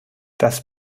das